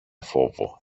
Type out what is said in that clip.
φόβο